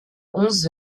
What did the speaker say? onze